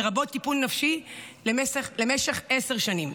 לרבות טיפול נפשי למשך עשר שנים.